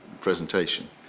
presentation